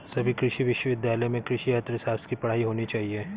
सभी कृषि विश्वविद्यालय में कृषि अर्थशास्त्र की पढ़ाई होनी चाहिए